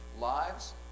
lives